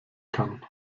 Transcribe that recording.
kann